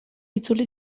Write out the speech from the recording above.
itzuli